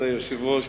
כבוד היושבת-ראש,